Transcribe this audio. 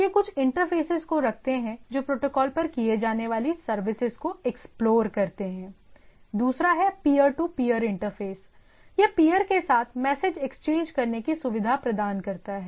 यह कुछ इंटरफ़ेसेज को रखते हैं जो प्रोटोकोल पर किए जाने वाली सर्विसेस को एक्सप्लोर करते हैं दूसरा है पीयर टू पीयर इंटरफेस यह पियर के साथ मैसेज एक्सचेंज करने की सुविधा प्रदान करता है